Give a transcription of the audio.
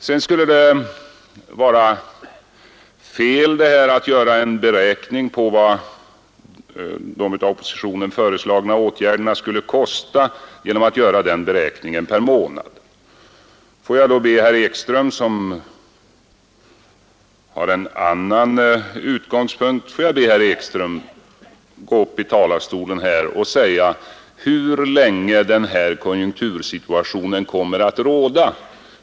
Det har antytts att det skulle vara fel att försöka göra en beräkning per månad av vad de av oppositionen föreslagna åtgärderna skulle kosta. Får jag då be herr Ekström, som har en annan utgångspunkt, gå upp i talarstolen och säga hur länge den nuvarande konjunktursituationen kommer att råda.